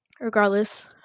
Regardless